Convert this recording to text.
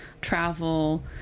travel